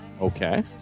Okay